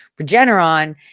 Regeneron